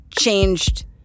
changed